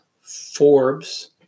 Forbes